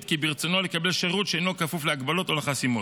כי ברצונו לקבל שירות שאינו כפוף להגבלות או לחסימות.